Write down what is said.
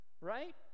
Right